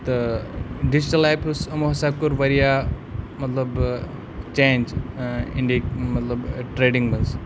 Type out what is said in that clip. تہٕ digital apps یِمو ہَسا کوٚر واریاہ مطلب چینٛج اِنڈہِکۍ مطلب ٹرٛیڈِنٛگ منٛز